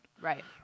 Right